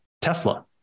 Tesla